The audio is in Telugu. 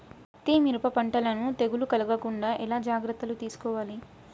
పత్తి మిరప పంటలను తెగులు కలగకుండా ఎలా జాగ్రత్తలు తీసుకోవాలి?